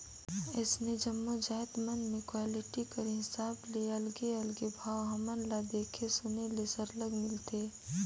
अइसने जम्मो जाएत मन में क्वालिटी कर हिसाब ले अलगे अलगे भाव हमन ल देखे सुने ले सरलग मिलथे